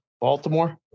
Baltimore